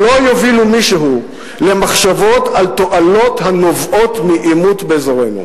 לא יובילו מישהו למחשבות על תועלות הנובעות מעימות באזורנו.